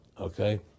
okay